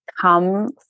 come